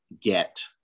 get